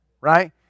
Right